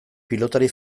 pilotari